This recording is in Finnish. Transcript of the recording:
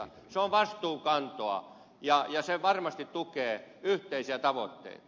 se on vastuunkantoa ja se varmasti tukee yhteisiä tavoitteita